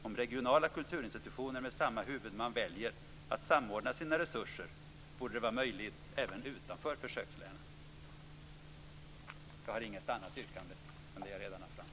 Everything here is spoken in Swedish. Om regionala kulturinstitutioner med samma huvudman väljer att samordna sina resurser, borde det vara möjligt även utanför försökslänen. Jag har inget annat yrkande än det som jag redan har framfört.